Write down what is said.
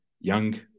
young